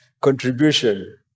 contribution